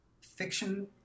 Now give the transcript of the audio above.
fiction